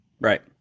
Right